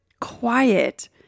quiet